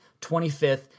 25th